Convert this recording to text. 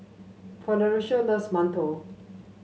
Florencio loves mantou